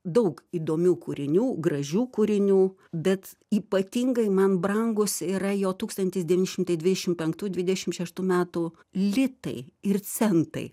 daug įdomių kūrinių gražių kūrinių bet ypatingai man brangūs yra jo tūkstantis devyni šimtai dvidešim penktų dvidešim šeštų metų litai ir centai